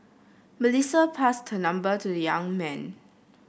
Melissa passed her number to the young man